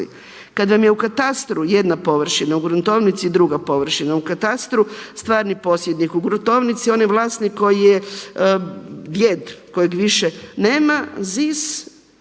Kad vam je u katastru jedna površina, u gruntovnici draga površina, u katastru stvarni posjednik, u gruntovnici onaj vlasnik koji je djed kojeg više nema ZIS